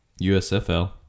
USFL